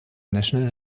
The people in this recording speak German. national